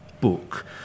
book